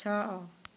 ଛଅ